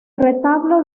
retablo